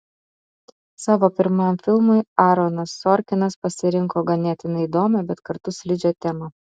savo pirmam filmui aaronas sorkinas pasirinko ganėtinai įdomią bet kartu slidžią temą